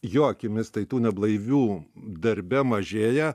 jo akimis tai tų neblaivių darbe mažėja